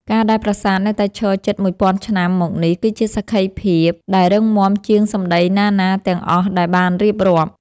ការដែលប្រាសាទនៅតែឈរជិតមួយពាន់ឆ្នាំមកនេះគឺជាសក្ខីភាពដែលរឹងមាំជាងសម្តីណាៗទាំងអស់ដែលបានរៀបរាប់។